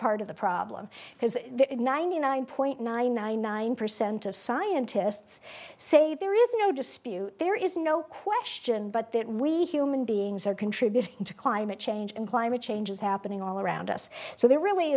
part of the problem because ninety nine point nine nine nine percent of scientists say there is no dispute there is no question but that we human beings are contributing to climate change and climate change is happening all around us so there really